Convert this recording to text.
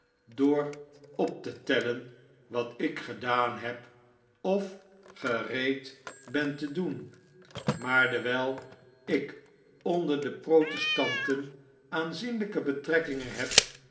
door op te tellen wat ik gedaan heb of gereed ben te doen maar dewijl ik onder de protestanten aanzienuike betrekkingen heb